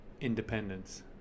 Independence